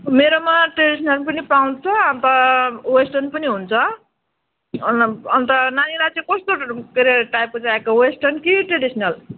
मेरोमा ट्रेडिसनल पनि पाउँछ अन्त वेस्टर्न पनि हुन्छ अन अन्त नानीलाई चाहिँ कस्तो खालको के अरे टाइपको चाहिएको वेस्टर्न कि ट्रेडिसनल